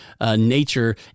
nature